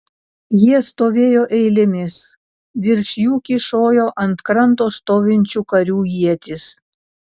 jie stovėjo eilėmis virš jų kyšojo ant kranto stovinčių karių ietys